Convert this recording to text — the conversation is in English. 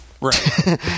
right